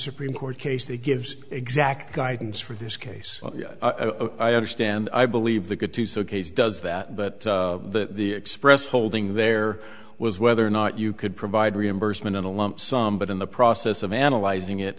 supreme court case that gives exact guidance for this case i understand i believe the good to so case does that but that the express holding there was whether or not you could provide reimbursement in a lump sum but in the process of analyzing it